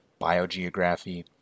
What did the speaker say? biogeography